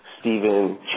Stephen